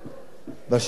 זה מחייב חקיקה.